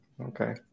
Okay